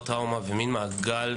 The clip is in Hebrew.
וזה מעגל,